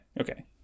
okay